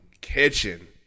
kitchen